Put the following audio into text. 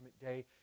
day